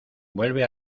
vuelve